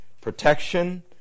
protection